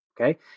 Okay